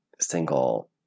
single